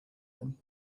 them